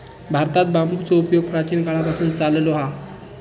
भारतात बांबूचो उपयोग प्राचीन काळापासून चाललो हा